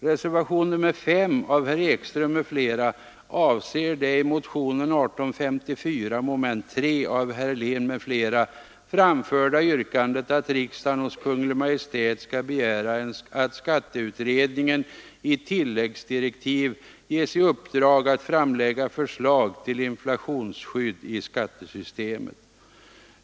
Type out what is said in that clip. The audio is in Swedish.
Reservationen 5 av herr Ekström m.fl. avser det i motionen 1854 mom. 3 av herr Helén m.fl. framförda yrkandet att riksdagen hos Kungl. Maj:t skall begära att skatteutredningen i tilläggsdirektiv ges i uppdrag att framlägga förslag till inflationsskydd i skattesystemet.